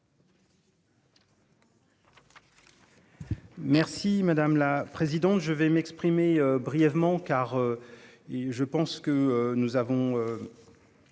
Merci madame la présidente, je vais m'exprimer brièvement car. Et je pense que nous avons.